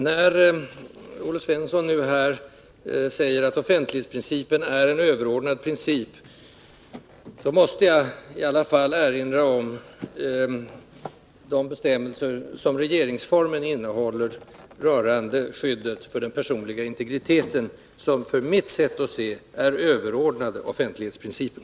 När Olle Svensson nu säger att offentlighetsprincipen är en överordnad princip måste jag i alla fall erinra om de bestämmelser som regeringsformen innehåller rörande skyddet för den personliga integriteten och som enligt mitt sätt att se är överordnade offentlighetsprincipen.